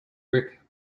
rick